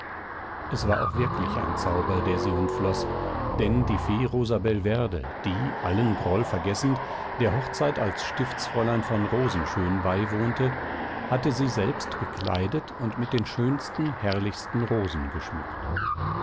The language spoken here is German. es war auch wirklich ein zauber der sie umfloß denn die fee rosabelverde die allen groll vergessend der hochzeit als stiftsfräulein von rosenschön beiwohnte hatte sie selbst gekleidet und mit den schönsten herrlichsten rosen geschmückt